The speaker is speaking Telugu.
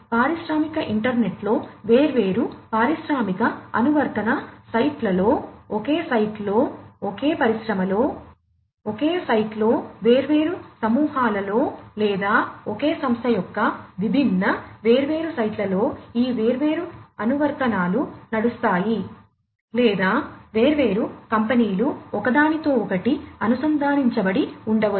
పారిశ్రామిక ఇంటర్నెట్లో వేర్వేరు పారిశ్రామిక అనువర్తన సైట్లలో ఒకే సైట్లో ఒకే పరిశ్రమలో ఒకే సైట్లో వేర్వేరు సమూహాలలో లేదా ఒకే సంస్థ యొక్క విభిన్న వేర్వేరు సైట్లలో ఈ వేర్వేరు అనువర్తనాలు నడుస్తాయి వేర్వేరు కంపెనీలు ఒకదానితో ఒకటి అనుసంధానించబడి ఉండవచ్చు